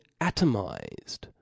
atomized